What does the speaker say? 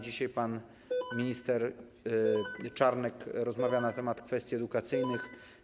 Dzisiaj pan minister Czarnek rozmawiał na temat kwestii edukacyjnych.